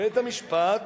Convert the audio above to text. בית-המשפט